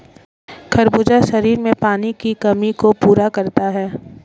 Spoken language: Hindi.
खरबूजा शरीर में पानी की कमी को पूरा करता है